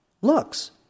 looks